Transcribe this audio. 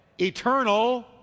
Eternal